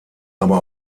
aber